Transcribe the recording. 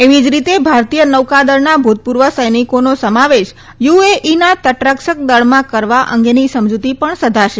એવી જ રીતે ભારતીય નૌકાદળના ભૂતપૂર્વ સૈનિકોનો સમાવેશ યુએઇના તટરક્ષકદળમાં કરવા અંગેની સમજૂતી પણ સધાશે